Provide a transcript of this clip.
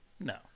no